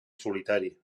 solitari